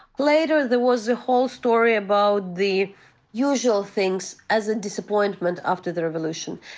later, there was a whole story about the usual things, as disappointment after the revolution.